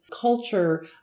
culture